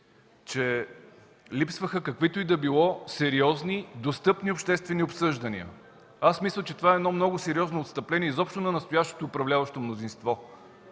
че липсваха каквито и да били сериозни, достъпни обществени обсъждания! Мисля, че това е много сериозно отстъпление изобщо на настоящото управляващо мнозинство.